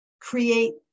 create